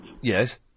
Yes